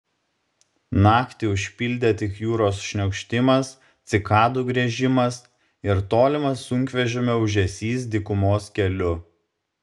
naktį užpildė tik jūros šniokštimas cikadų griežimas ir tolimas sunkvežimio ūžesys dykumos keliu